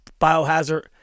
Biohazard